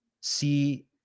see